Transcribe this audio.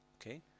Okay